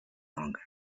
longer